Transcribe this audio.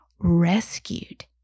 rescued